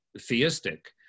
theistic